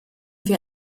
wir